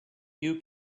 you